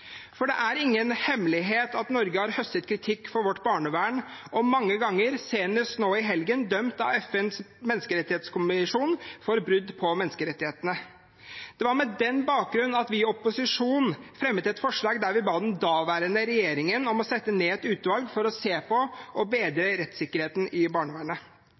For det er ingen hemmelighet at Norge har høstet kritikk for sitt barnevern, og er mange ganger, senest nå i helgen, dømt av FNs menneskerettskommisjon for brudd på menneskerettighetene. Det var med den bakgrunnen at vi i opposisjon fremmet et forslag der vi ba den daværende regjeringen om å sette ned et utvalg for å se på og bedre rettsikkerheten i barnevernet.